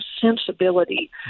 sensibility